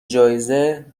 جایزه